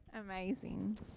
Amazing